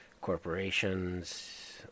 Corporations